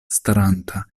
staranta